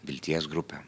vilties grupė